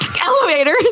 elevator